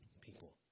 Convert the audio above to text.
people